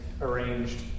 arranged